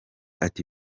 ati